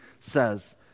says